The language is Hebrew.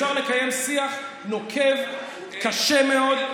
אפשר לקיים שיח נוקב, קשה מאוד.